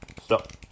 Stop